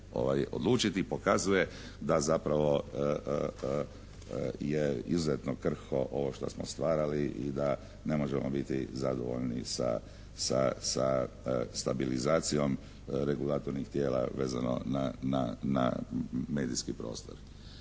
odlučiti pokazuje da zapravo je izuzetno krhko ovo što smo stvarali i da ne možemo biti zadovoljni sa stabilizacijom regulatornih tijela vezano na medijski prostor.